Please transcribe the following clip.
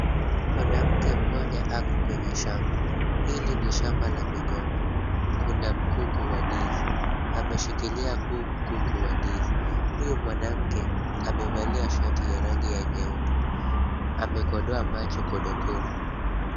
Mwanamke mmoja ako kwenye shamba. Hili ni shamba la migomba. Kuna mkungu wa ndizi. Ameshikilia huu mkungu wa ndizi. Huyu mwanamke amevalia shati ya rangi ya nyeupe. Amekodoa macho kodo kodo.